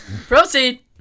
Proceed